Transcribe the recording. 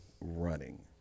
running